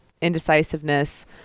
indecisiveness